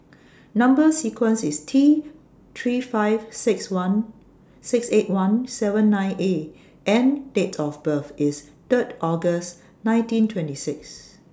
Number sequence IS T three five six one six eight one seven nine A and Date of birth IS Third August nineteen twenty six